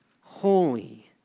holy